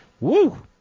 Woo